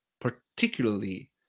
particularly